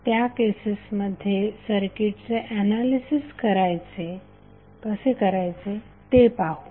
त्या केसेसमध्ये सर्किटचे एनालिसिस कसे करायचे ते पाहू